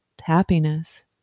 happiness